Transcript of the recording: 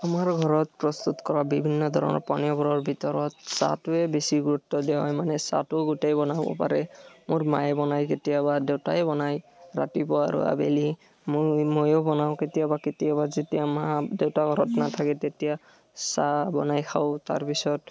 আমাৰ ঘৰত প্ৰস্তুত কৰা বিভিন্ন ধৰণৰ পানীয়বোৰৰ ভিতৰত চাহটোৱেই বেছি গুৰুত্ব দিয়া হয় মানে চাহটো গোটেই বনাব পাৰে মোৰ মায়ে বনায় কেতিয়াবা দেউতাই বনায় ৰাতিপুৱা আৰু আবেলি মইয়ো বনাওঁ কেতিয়াবা কেতিয়াবা যেতিয়া মা দেউতা ঘৰত নাথাকে তেতিয়া চাহ বনাই খাওঁ তাৰপিছত